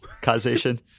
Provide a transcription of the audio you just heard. Causation